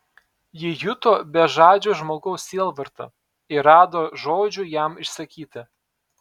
ji juto bežadžio žmogaus sielvartą ir rado žodžių jam išsakyti